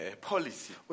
policy